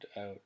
out